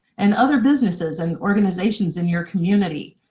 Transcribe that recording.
and other businesses and organizations in your community?